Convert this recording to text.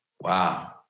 Wow